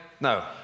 No